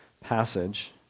passage